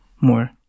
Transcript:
more